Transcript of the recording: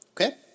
Okay